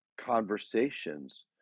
conversations